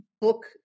book